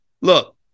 Look